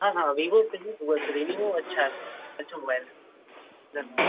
हाँ हाँ विवो सही मोबाइल्स रहेगी वो अच्छा अच्छा मोबाइल है रेमोन